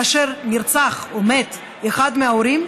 כאשר נרצח או מת אחד מההורים,